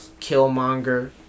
Killmonger